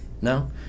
No